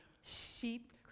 Sheep